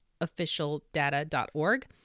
officialdata.org